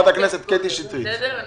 שנושבת ואני